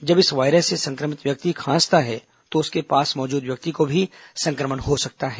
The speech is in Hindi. जब इस वायरस से संक्रमित व्यक्ति खांसता है तो उसके पास मौजूद व्यक्ति को भी संक्रमण हो सकता है